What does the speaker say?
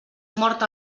mort